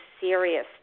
serious